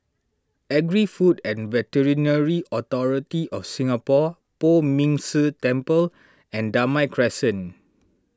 Agri Food and Veterinary Authority of Singapore Poh Ming Tse Temple and Damai Crescent